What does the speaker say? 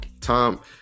Tom